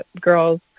girls